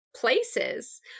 places